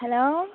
hello